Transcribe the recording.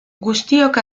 guztiok